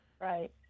Right